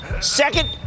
Second